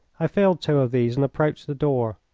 i filled two of these, and approached the door.